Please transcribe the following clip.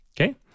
Okay